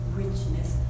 richness